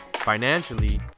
financially